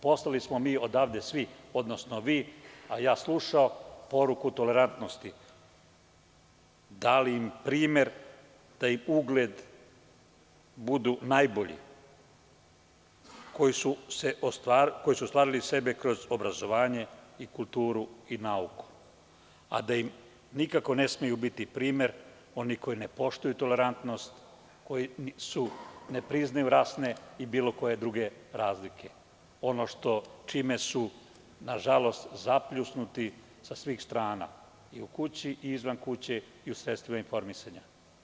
Poslali smo odavde svi poruku, odnosno vi, a ja slušao, poruku tolerantnosti, dali im primer da im ugled bude najbolji, koji su ostvarili kroz obrazovanje, kulturu i nauku, a da im nikako ne smeju biti primer oni koji ne poštuju tolerantnost, koji ne priznaju rasne i bilo koje druge razlike, ono čime su, nažalost, zapljusnuti sa svih strana, i u kući i izvan kuće i u sredstvima informisanja.